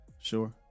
Sure